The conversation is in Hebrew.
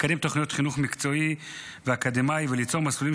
לקדם תוכניות חינוך מקצועי ואקדמי וליצור מסלולים